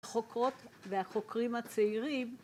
החוקרות והחוקרים הצעירים